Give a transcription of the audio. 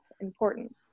importance